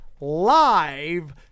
Live